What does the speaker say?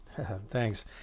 Thanks